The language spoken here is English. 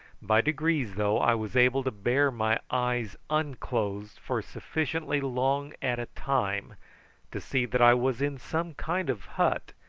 by degrees, though, i was able to bear my eyes unclosed for sufficiently long at a time to see that i was in some kind of hut,